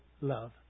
love